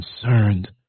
concerned